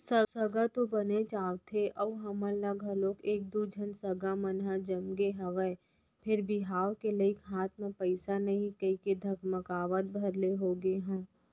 सगा तो बनेच आवथे अउ हमन ल घलौ एक दू झन सगा मन ह जमगे हवय फेर बिहाव के लइक हाथ म पइसा नइ हे कहिके धकमकावत भर ले होगे हंव